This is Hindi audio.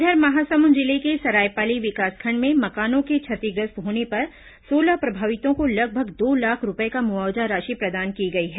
इधर महासमुंद जिले के सरायपाली विकासखंड में मकानों के क्षतिग्रस्त होने पर सोलह प्रभावितों को लगभग दो लाख रूपये का मुआवजा राशि प्रदान की गई है